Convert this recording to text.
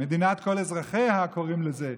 מדינת כל אזרחיה, קוראים לזה.